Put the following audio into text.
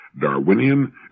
Darwinian